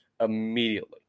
immediately